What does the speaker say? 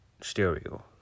stereo